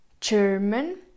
German